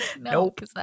Nope